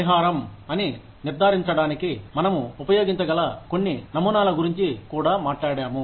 పరిహారం అని నిర్ధారించడానికి మనము ఉపయోగించగల కొన్ని నమూనాల గురించి కూడా మాట్లాడాము